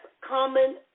common